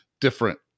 different